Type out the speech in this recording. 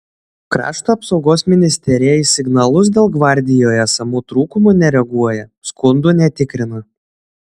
krašto apsaugos ministerija į signalus dėl gvardijoje esamų trūkumų nereaguoja skundų netikrina